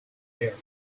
here